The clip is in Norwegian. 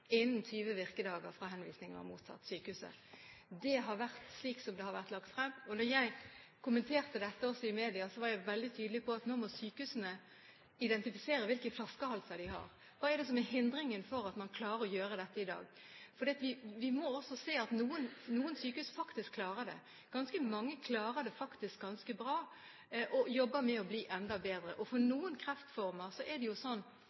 innen 20 virkedager fra henvisning var mottatt av sykehuset. Det er slik det har vært lagt frem. Da jeg kommenterte dette også i media, var jeg veldig tydelig på at nå må sykehusene identifisere hvilke flaskehalser de har: Hva er det som er hindringen for at man klarer å gjøre dette i dag? Vi må også se at noen sykehus faktisk klarer det – ganske mange klarer det ganske bra og jobber med å bli enda bedre. For noen kreftformer kan man ikke vente 20 dager – man behandler hurtigere og behandler som om det var øyeblikkelig hjelp. Det